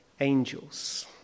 angels